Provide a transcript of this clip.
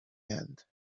end